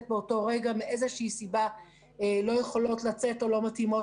באותו רגע ומאיזושהי סיבה לא יכולות לצאת או לא מתאימות